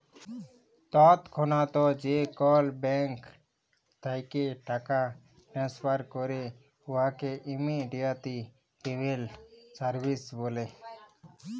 তৎক্ষণাৎ যে কল ব্যাংক থ্যাইকে টাকা টেনেসফার ক্যরে উয়াকে ইমেডিয়াতে পেমেল্ট সার্ভিস ব্যলে